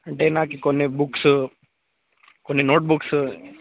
అంటే నాకు కొన్ని బుక్స్ కొన్ని నోట్ బుక్స్